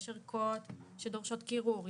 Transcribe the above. יש ערכות שדורשות קירור,